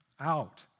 out